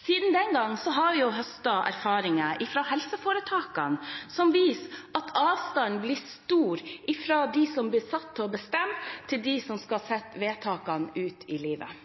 Siden den gang har vi høstet erfaringer fra helseforetakene, som viser at avstanden blir stor fra dem som blir satt til å bestemme, til dem som skal sette vedtakene ut i livet.